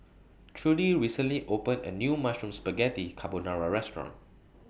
Trudi recently opened A New Mushroom Spaghetti Carbonara Restaurant